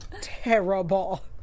terrible